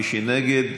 מי שנגד,